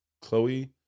chloe